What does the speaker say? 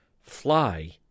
fly